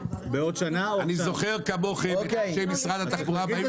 אני זוכר כמוכם את אנשי משרד התחבורה באים